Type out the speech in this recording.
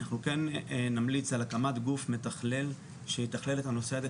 אנחנו כן נמליץ על הקמת גוף מתכלל שיתכלל את הנושא הזה.